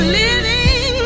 living